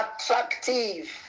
attractive